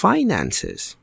Finances